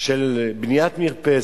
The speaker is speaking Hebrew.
של בניית מרפסת,